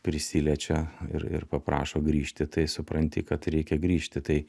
prisiliečia ir ir paprašo grįžti tai supranti kad reikia grįžti tai